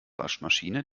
waschmaschine